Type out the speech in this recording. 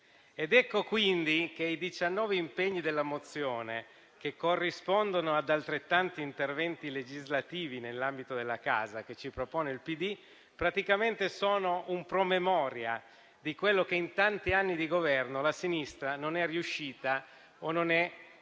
Ecco quindi che i 19 impegni della mozione, che corrispondono ad altrettanti interventi legislativi nell'ambito della casa, che ci propone il PD, praticamente sono un promemoria di quello che in tanti anni di governo la sinistra non è riuscita o non ha voluto